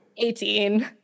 18